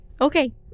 Okay